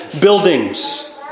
buildings